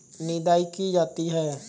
निदाई की जाती है?